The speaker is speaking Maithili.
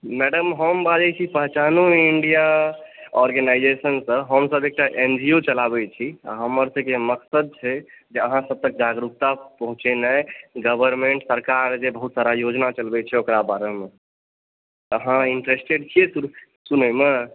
मैडम हम बाजै छी पहचानो इंडिया ओरगेनायजेसनसॅं हमसभ एकटा एन जी ओ चलाबै छी हमरसभके मक़सद छै जे अहाँ सभके जागरूकता पहुँचेनाइ गवर्न्मेंट सरकार जे बहुत सारा योजना चलबै छै ओकर बारेमे अहाँ इंट्रेस्टेड छी सुनयमे